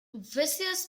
vicious